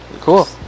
cool